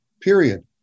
period